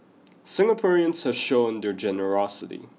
Singaporeans have shown their generosity